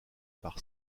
par